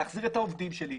להחזיר את העובדים שלי,